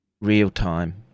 real-time